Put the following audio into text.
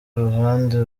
uruhande